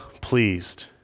pleased